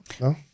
No